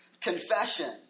confession